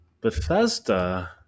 Bethesda